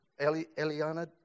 Eliana